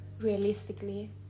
realistically